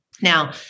Now